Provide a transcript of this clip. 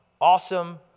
awesome